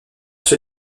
sur